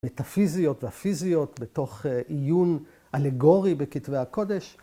‫את הפיזיות והפיזיות ‫בתוך עיון אלגורי בכתבי הקודש.